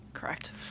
Correct